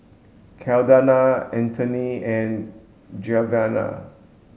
Caldonia Antony and Genevra